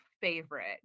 favorite